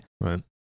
right